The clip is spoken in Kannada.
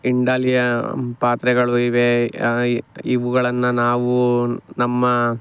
ಇಂಡಾಲಿಯಮ್ ಪಾತ್ರೆಗಳು ಇವೆ ಇವುಗಳನ್ನು ನಾವು ನಮ್ಮ